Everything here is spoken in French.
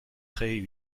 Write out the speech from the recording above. créez